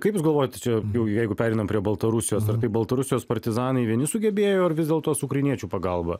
kaip jūs galvojat tai čia jau jeigu pereinam prie baltarusijos ar tai baltarusijos partizanai vieni sugebėjo ar vis dėlto su ukrainiečių pagalba